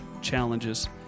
challenges